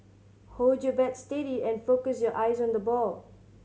hold your bat steady and focus your eyes on the ball